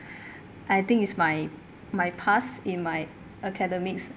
I think it's my my past in my academics